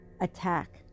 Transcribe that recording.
attack